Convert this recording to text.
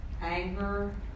anger